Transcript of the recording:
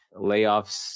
Layoffs